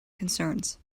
concerns